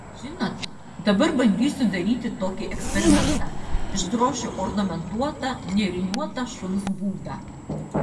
žinot dabar bandysiu daryti tokį eksperimentą išdrošiu ornamentuotą nėriniuotą šuns būdą